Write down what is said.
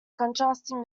contrasting